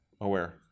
aware